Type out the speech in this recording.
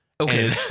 okay